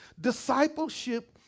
Discipleship